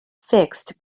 fixed